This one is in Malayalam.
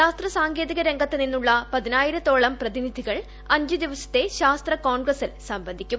ശാസ്ത്ര സാങ്കേതികരംഗത്തു നിന്നുള്ള പതിനയ്യായിരത്തോളം പ്രതിനിധികൾ അഞ്ചു ദിവസത്തെ ശാസ്ത്ര കോൺഗ്രസിൽ സംബന്ധിക്കും